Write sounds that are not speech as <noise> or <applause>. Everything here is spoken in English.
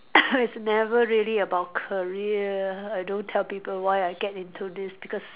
<coughs> it's never really about career I don't tell people why I get into this because